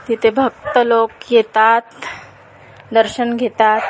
तिथे भक्त लोक येतात दर्शन घेतात